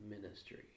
ministry